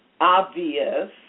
obvious